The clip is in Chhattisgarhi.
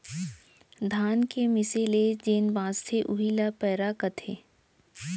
धान के मीसे ले जेन बॉंचथे उही ल पैरा कथें